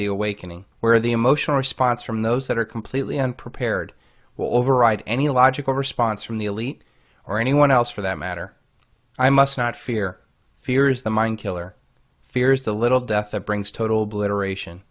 the awakening where the emotional response from those that are completely unprepared will override any logical response from the elite or anyone else for that matter i must not fear fear is the mind killer fears the little death that brings total obliteration